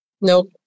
Nope